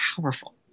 powerful